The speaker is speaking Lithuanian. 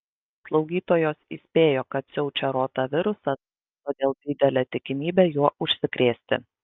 slaugytojos įspėjo kad siaučia rotavirusas todėl didelė tikimybė juo užsikrėsti